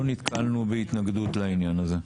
לא נתקלנו בהתנגדות לעניין הזה.